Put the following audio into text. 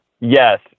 yes